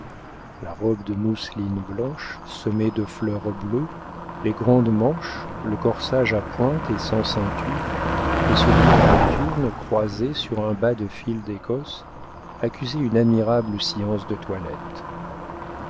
la robe de mousseline blanche semée de fleurs bleues les grandes manches le corsage à pointe et sans ceinture les souliers à cothurnes croisés sur un bas de fil d'écosse accusaient une admirable science de toilette